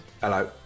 Hello